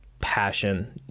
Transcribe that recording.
passion